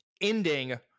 ending